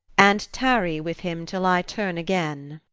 and tarry with him till i turn again.